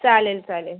चालेल चालेल